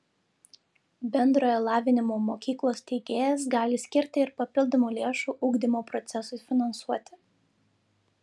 bendrojo lavinimo mokyklos steigėjas gali skirti ir papildomų lėšų ugdymo procesui finansuoti